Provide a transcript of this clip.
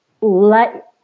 let